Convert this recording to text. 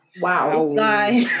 Wow